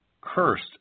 Cursed